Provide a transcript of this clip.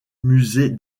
musée